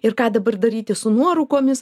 ir ką dabar daryti su nuorūkomis